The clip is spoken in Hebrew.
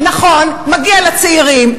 נכון, מגיע לצעירים.